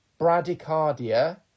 bradycardia